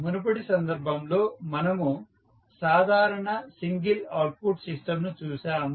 మునుపటి సందర్భంలో మనము సాధారణ సింగిల్ అవుట్పుట్ సిస్టంను చూశాము